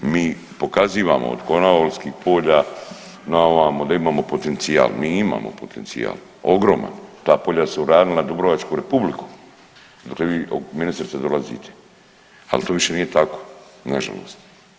Mi pokazivamo od Konavoskih polja na ovamo da imamo potencijal, mi imamo potencijal ogroman ta polja su ranila Dubrovačku Republiku odakle vi ministrice dolazite, ali to više nije tako, nažalost.